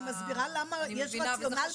אני מסבירה למה יש רציונל של שבעה.